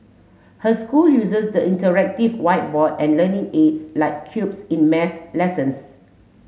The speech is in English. her school uses the interactive whiteboard and learning aids like cubes in math lessons